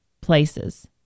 places